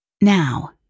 Now